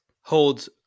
holds